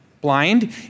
blind